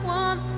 one